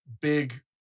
big